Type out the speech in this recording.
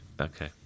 Okay